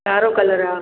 कारो कलर हा